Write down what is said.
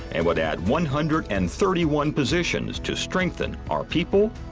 and would add one hundred and thirty one positions to strengthen our people,